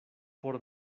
por